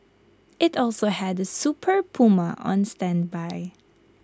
IT also had A super Puma on standby